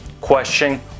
question